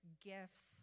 gifts